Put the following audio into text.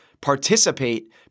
participate